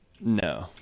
No